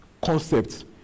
concepts